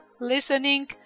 listening